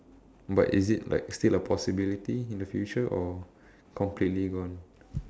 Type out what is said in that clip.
but is it like still a possibility in the future or completely gone